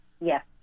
Yes